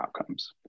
outcomes